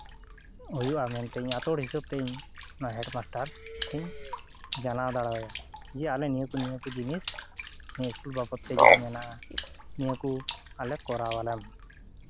ᱦᱩᱭᱩᱜᱼᱟ ᱢᱮᱱᱛᱮ ᱤᱧ ᱟᱛᱳ ᱦᱚᱲ ᱦᱤᱥᱟᱹᱵ ᱛᱤᱧ ᱚᱱᱟ ᱦᱮᱰ ᱢᱟᱥᱴᱟᱨ ᱛᱤᱧ ᱡᱟᱱᱟᱣ ᱫᱟᱲᱮᱣᱟᱭᱟ ᱡᱮ ᱟᱞᱮ ᱱᱤᱭᱟᱹ ᱠᱚ ᱱᱤᱭᱟᱹ ᱠᱚ ᱡᱤᱱᱤᱥ ᱱᱤᱭᱟᱹ ᱥᱠᱩᱞ ᱵᱟᱵᱚᱫ ᱛᱮ ᱡᱟ ᱢᱮᱱᱟᱜᱼᱟ ᱱᱤᱭᱟᱹ ᱠᱚ ᱟᱞᱮ ᱠᱚᱨᱟᱣᱟᱞᱮ ᱢᱮ